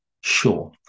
Sure